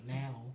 now